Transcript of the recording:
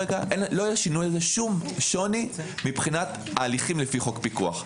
לא יהיה שוני מבחינת ההליכים לפי חוק פיקוח.